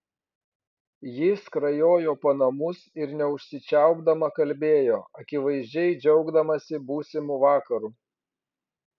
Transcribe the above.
ji skrajojo po namus ir neužsičiaupdama kalbėjo akivaizdžiai džiaugdamasi būsimu vakaru